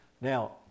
Now